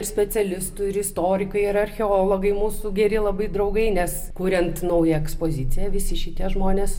iš specialistų ir istorikai ir archeologai mūsų geri labai draugai nes kuriant naują ekspoziciją visi šitie žmonės